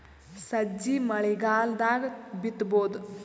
ಸಜ್ಜಿ ಮಳಿಗಾಲ್ ದಾಗ್ ಬಿತಬೋದ?